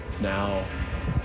now